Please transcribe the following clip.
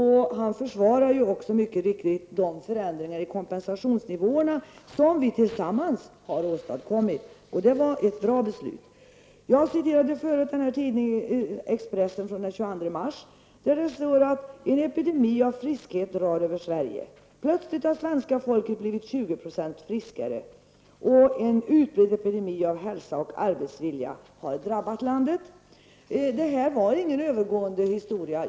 Han försvarar också mycket riktigt de förändringar i kompensationsnivån som vi tillsammans har åstadkommit. Det var ett bra beslut. Jag återgav tidigare vad som står i Expressen från den 22 mars. Där står att en epidemi av friskhet drar över Sverige. Plötsligt har svenska folket blivit 20 % friskare. En utbredd epidemi av hälsa och arbetsvilja har drabbat landet. Men det här är ingen övergående historia.